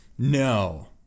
No